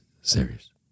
serious